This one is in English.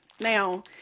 Now